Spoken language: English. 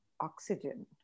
oxygen